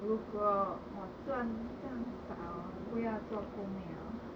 如何我赚钱少不要做工 liao